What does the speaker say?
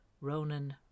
Ronan